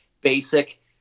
basic